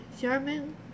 German